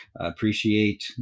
Appreciate